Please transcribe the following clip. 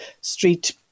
street